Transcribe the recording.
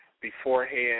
Beforehand